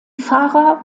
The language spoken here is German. fahrer